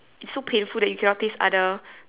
it's so painful that you can not taste other